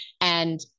And-